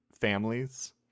families